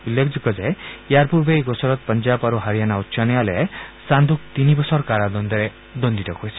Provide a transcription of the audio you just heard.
উল্লেখযোগে যে ইয়াৰ পূৰ্বে এই গোচৰত পঞ্জাৱ আৰু হাৰিয়ানা উচ্চ ন্যায়ালয়ে সান্ধুক তিনি বছৰ কাৰাদণ্ডৰে দণ্ডিত কৰিছিল